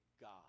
God